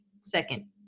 second